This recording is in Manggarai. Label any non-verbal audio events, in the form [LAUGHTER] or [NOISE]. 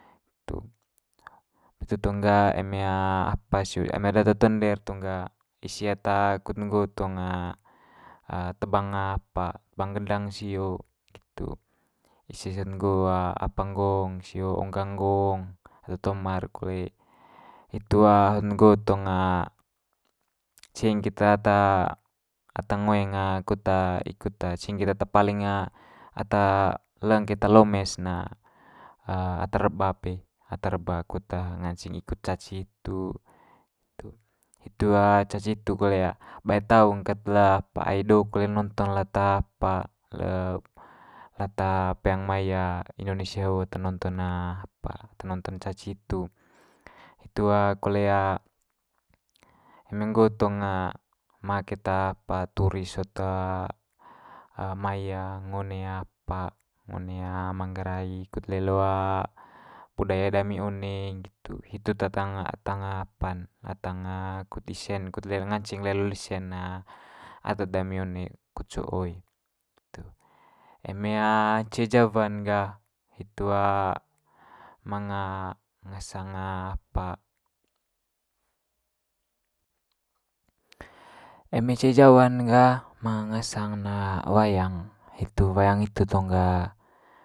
[UNINTELLIGIBLE] itu tong ga eme apa sio eme data tua ende'r tong ga ise ata kut nggo tong [HESITATION] tebang apa tebang gendang sio, nggitu. Ise sot nggo apa nggong sio ongga nggong ata tua ema'r kole. Hitu hot nggo tong ceing keta ata ata ngoeng kut ikut ceing keta ata paling ata leng keta lomes na [HESITATION] ata reba pe ata reba kut nganceng ikut caci hitu, hitu. Hitu caci hitu kole bae taung ket le apa ai do kole nonton lata apa le lata peang mai indonesia ho ata nonton apa ata nonton caci hitu. Hitu kole eme nggo tong ma keta apa turis sot mai ngo one apa ngo one manggarai kut lelo budaya dami one nggitu, hitu [UNINTELLIGIBLE] [UNINTELLIGIBLE] apa'n latang kut dise'n kut [UNINTELLIGIBLE] nganceng lelo lise'n adat dami one kut co'o i. [UNINTELLIGIBLE] Eme ce jawa'n ga hitu manga ngasang apa, eme ce jawa'n gah manga ngasang ne wayang hitu, wayang hitu tong gah.